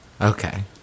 Okay